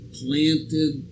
planted